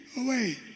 away